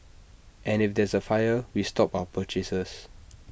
and if there's A fire we stop our purchases